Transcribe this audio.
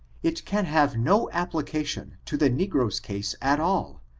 it can have no. application to the negro's case at all,